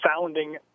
founding